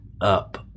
up